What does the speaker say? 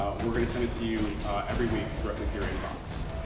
ah we're gonna send it to you every week directly to your inbox.